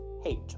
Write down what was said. hate